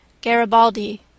Garibaldi